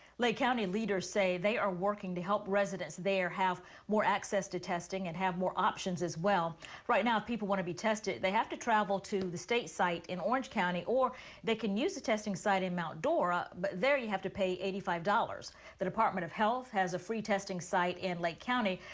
lake county leaders say they are working to help residents. there have more access to testing and have more options as well right now people want to be tested they have to travel to the state site in orange county or they can use a testing site in mount dora but there you have to pay eighty five dollars the department of health has a free testing site in lake county.